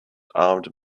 armed